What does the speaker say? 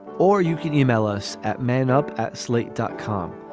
or you can yeah e-mail us at man up at slate dot com.